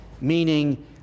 meaning